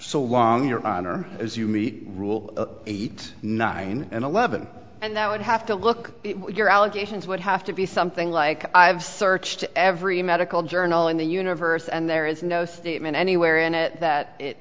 so long your honor as you me rule eight nine and eleven and that would have to look your allegations would have to be something like i have searched every medical journal in the universe and there is no statement anywhere in it that